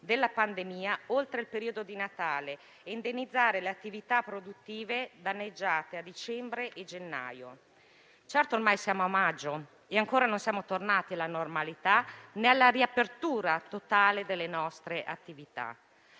della pandemia oltre il periodo di Natale e indennizzare le attività produttive danneggiate a dicembre e gennaio scorsi. Certo, ormai siamo a maggio e ancora non siamo tornati alla normalità, né alla riapertura totale delle nostre attività